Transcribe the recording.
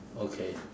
okay